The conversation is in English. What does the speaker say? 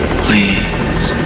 please